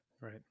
right